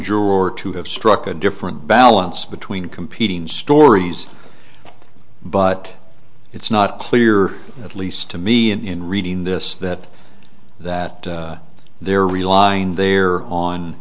juror to have struck a different balance between competing stories but it's not clear at least to me and in reading this that that they're relying there on